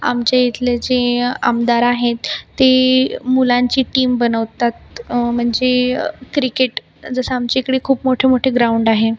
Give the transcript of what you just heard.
आमचे इथले जे आमदार आहेत ते मुलांची टीम बनवतात म्हणजे क्रिकेट जसं आमच्या इकडे खूप मोठे मोठे ग्राऊंड आहे